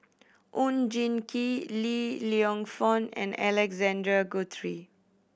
Oon Jin Gee Li Lienfung and Alexander Guthrie